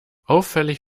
auffällig